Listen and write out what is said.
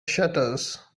shutters